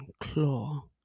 Claw